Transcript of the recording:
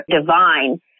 divine